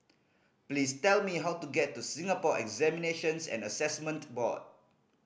please tell me how to get to Singapore Examinations and Assessment Board